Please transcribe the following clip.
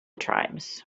tribes